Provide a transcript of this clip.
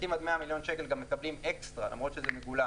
עסקים עד 100 מיליון שקל גם מקבלים אקסטרה למרות שזה מגולם,